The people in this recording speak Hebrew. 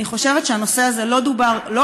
אני חושבת שהנושא הזה לא דובר מספיק,